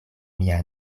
mia